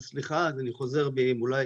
סליחה, אז אני חוזר בי אם אולי